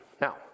Now